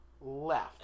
left